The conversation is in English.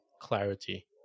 clarity